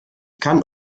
kann